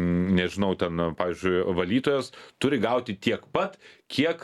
nežinau ten pavyzdžiui valytojas turi gauti tiek pat kiek